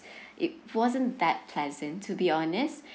it wasn't that pleasant to be honest